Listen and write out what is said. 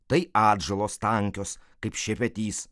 tai atžalos tankios kaip šepetys